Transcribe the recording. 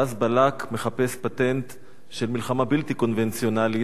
ואז בלק מחפש פטנט של מלחמה בלתי קונבנציונלית,